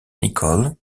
nicholl